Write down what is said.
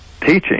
teaching